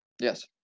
Yes